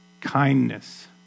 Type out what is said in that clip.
kindness